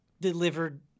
delivered